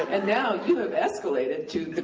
and now you have escalated to